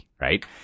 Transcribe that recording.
right